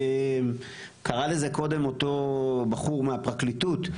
קרה לזה קודם אותו בחור מהפרקליטות,